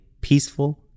peaceful